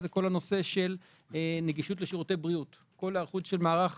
הוא כל הנושא של נגישות לשירותי בריאות; ההיערכות של מערך